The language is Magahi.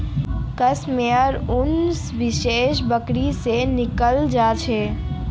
कश मेयर उन विशेष बकरी से निकलाल जा छे